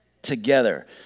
Together